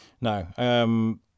No